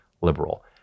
liberal